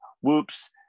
whoops